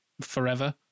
forever